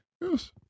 Yes